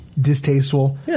distasteful